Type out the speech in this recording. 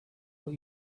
what